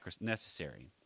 necessary